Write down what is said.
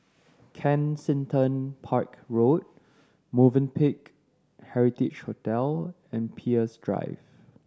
Kensington Park Road Movenpick Heritage Hotel and Peirce Drive